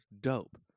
dope